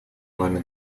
нами